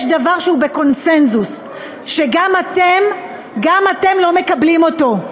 יש דבר שהוא בקונסנזוס, שגם אתם לא מקבלים אותו,